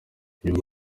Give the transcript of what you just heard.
nyuma